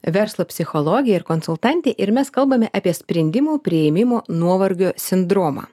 verslo psichologė ir konsultantė ir mes kalbame apie sprendimų priėmimo nuovargio sindromą